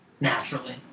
naturally